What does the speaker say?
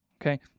Okay